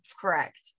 Correct